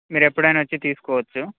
మీరు ఎప్పుడైనా వచ్చి తీసుకోవచ్చు